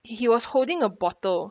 he he was holding a bottle